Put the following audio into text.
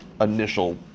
initial